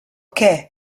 què